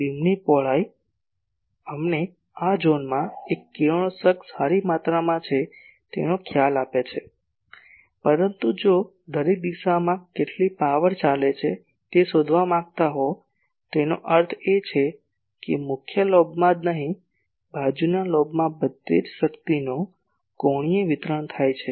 બીમની પહોળાઈ અમને આ ઝોનમાં એક કિરણોત્સર્ગ સારી માત્રામાં છે તેનો ખ્યાલ આપે છે પરંતુ જો દરેક દિશામાં કેટલી પાવર ચાલે છે તે શોધવા માંગતા હો તેનો અર્થ એ છે કે મુખ્ય લોબમાં જ નહીં બાજુના લોબમાં બધે જ શક્તિનો કોણીય વિતરણ થાય છે